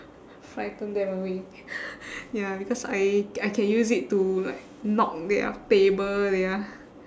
frighten them away ya because I I can use it to like knock their table their